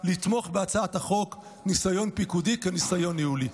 לתמוך בהצעת החוק ניסיון פיקודי כניסיון ניהולי.